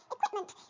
Equipment